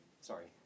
Sorry